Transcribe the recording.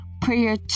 prayer